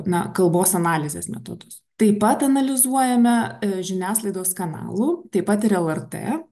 na kalbos analizės metodus taip pat analizuojame žiniasklaidos kanalų taip pat ir lrt